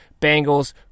Bengals